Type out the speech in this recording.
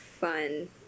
fun